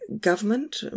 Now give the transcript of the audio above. government